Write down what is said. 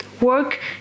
Work